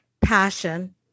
passion